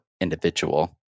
individual